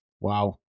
Wow